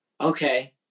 okay